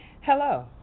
Hello